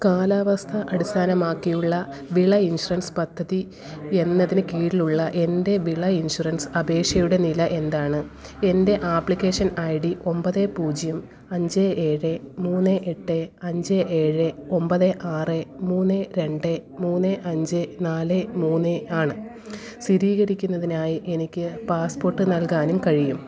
കാലാവസ്ഥ അടിസ്ഥാനമാക്കിയുള്ള വിള ഇൻഷുറൻസ് പദ്ധതി എന്നതിന് കീഴിലുള്ള എൻ്റെ വിള ഇൻഷുറൻസ് അപേക്ഷയുടെ നില എന്താണ് എൻ്റെ ആപ്ലിക്കേഷൻ ഐ ഡി ഒമ്പത് പൂജ്യം അഞ്ച് ഏഴ് മൂന്ന് എട്ട് അഞ്ച് ഏഴ് ഒമ്പത് ആറ് മൂന്ന് രണ്ട് മൂന്ന് അഞ്ച് നാല് മൂന്ന് ആണ് സ്ഥിരീകരിക്കുന്നതിനായി എനിക്ക് പാസ്പോർട്ട് നൽകാനും കഴിയും